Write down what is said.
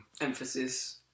Emphasis